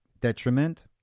detriment